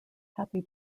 happy